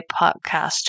podcast